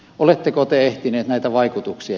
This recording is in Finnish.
oletteko te ehtinyt näitä vaikutuksia